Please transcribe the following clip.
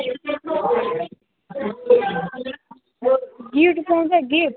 gift पाउँछ gift